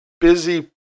busy